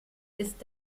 ist